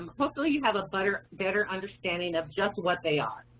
hopefully you have a better better understanding of just what they are.